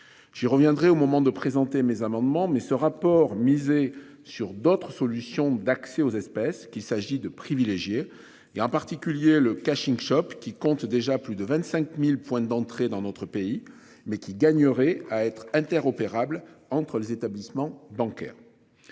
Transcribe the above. J'y reviendrai au moment de présenter mes amendements mais ce rapport miser sur d'autres solutions d'accès aux espèces qu'il s'agit de privilégiés et en particulier le casting choc qui compte déjà plus de 25.000 points d'entrée dans notre pays mais qui gagnerait à être opérables entre les établissements bancaires.